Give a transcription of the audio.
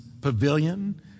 pavilion